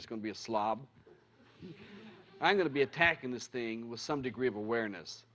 just going to be a slob i'm going to be attacking this thing with some degree of awareness